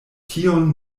tion